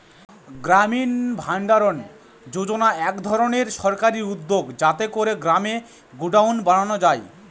গ্রামীণ ভাণ্ডারণ যোজনা এক ধরনের সরকারি উদ্যোগ যাতে করে গ্রামে গডাউন বানানো যায়